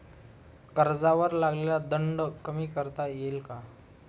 कर्जावर लागलेला दंड कमी करता येईल का?